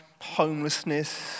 homelessness